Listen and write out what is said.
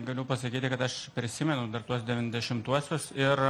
galiu pasakyti kad aš prisimenu dar tuos devyniasdešimtuosius ir